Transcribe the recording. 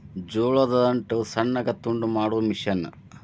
ಜೋಳದ ದಂಟ ಸಣ್ಣಗ ತುಂಡ ಮಾಡು ಮಿಷನ್